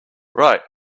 right